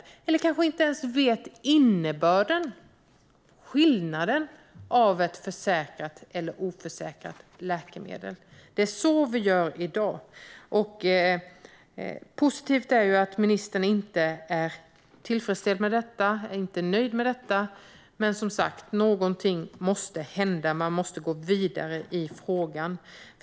Patienten kanske inte ens vet skillnaden mellan ett försäkrat och ett oförsäkrat läkemedel. Det är så vi gör i dag. Det är positivt att ministern inte är tillfredsställd eller nöjd med detta, men som sagt måste någonting hända. Man måste gå vidare i frågan.